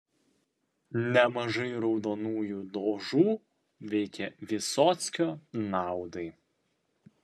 nemažai raudonųjų dožų veikė vysockio naudai